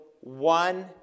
one